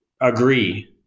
agree